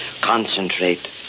Concentrate